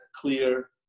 clear